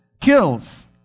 kills